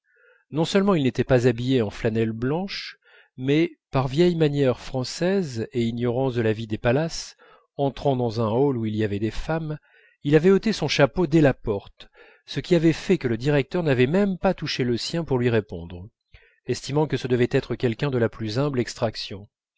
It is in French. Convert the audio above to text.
non seulement il n'était pas habillé en flanelle blanche mais par vieille manière française et ignorance de la vie des palaces entrant dans un hall où il y avait des femmes il avait ôté son chapeau dès la porte ce qui avait fait que le directeur n'avait même pas touché le sien pour lui répondre estimant que ce devait être quelqu'un de la plus humble extraction